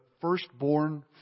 firstborn